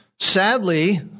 Sadly